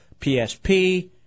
PSP